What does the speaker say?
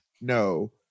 no